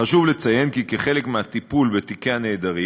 חשוב לציין שכחלק מהטיפול בתיקי נעדרים